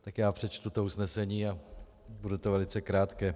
Tak já přečtu to usnesení a bude to velice krátké.